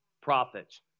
prophets